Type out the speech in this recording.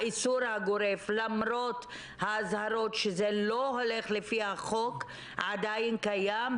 האיסור הגורף למרות האזהרות שזה לא הולך לפי החוק עדיין קיים,